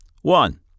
One